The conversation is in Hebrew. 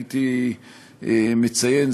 הייתי מציין,